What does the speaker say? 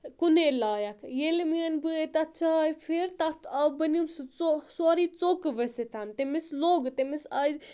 کُنے لایق ییٚلہِ میٲنۍ بٲے تَتھ چاے پھِر تَتھ آو بیٚنِم سُہ ژوٚ سورُے ژوٚکۍ ؤسِتھَن تٔمِس لوٚگ تٔمِس آے